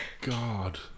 god